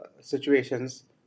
situations